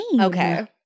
Okay